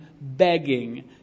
begging